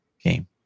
game